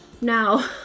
now